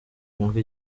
nk’uko